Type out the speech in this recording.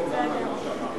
אני אחזור על מה שאמרתי.